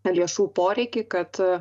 lėšų poreikį kad